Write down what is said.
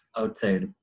outside